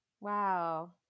Wow